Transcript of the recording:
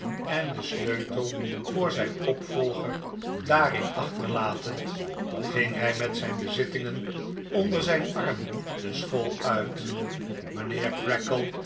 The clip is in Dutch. en den sleutel voor zijn opvolger daarin achterdavid copperfield latend ging hij met zijn bezittingen onder zijn arm de school uit